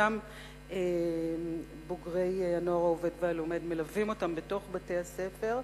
שאותם בוגרי "הנוער העובד והלומד" מלווים בתוך בתי-הספר.